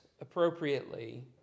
appropriately